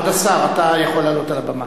כבוד השר, אתה יכול לעלות על הבמה,